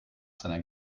seiner